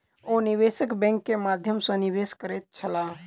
ओ निवेशक बैंक के माध्यम सॅ निवेश करैत छलाह